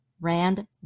Rand